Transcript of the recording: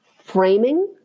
framing